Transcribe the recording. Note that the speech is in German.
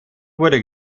wurde